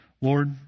Lord